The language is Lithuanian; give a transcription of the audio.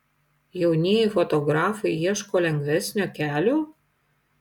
jaunieji fotografai ieško lengvesnio kelio